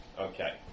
Okay